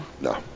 No